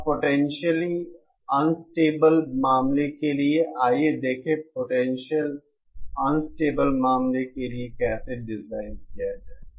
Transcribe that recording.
अब potential unstable मामले के लिए आइए देखें कि पोटेंशियल अनस्टेबल मामले के लिए कैसे डिज़ाइन किया जाए